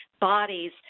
bodies